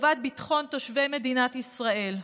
לטובת ביטחון תושבי מדינת ישראל.